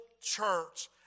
church